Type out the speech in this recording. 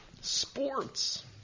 Sports